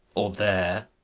or there?